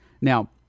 Now